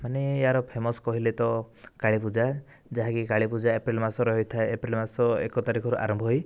ମାନେ ଏହାର ଫେମସ କହିଲେ ତ କାଳୀପୂଜା ଯାହାକି କାଳୀପୂଜା ଏପ୍ରିଲ ମାସରେ ହୋଇଥାଏ ଏପ୍ରିଲ ମାସ ଏକ ତାରିଖରୁ ଆରମ୍ଭ ହୋଇ